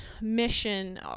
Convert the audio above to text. mission